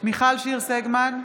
מיכל שיר סגמן,